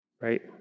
right